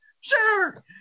Sure